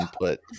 Put